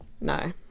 No